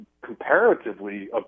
comparatively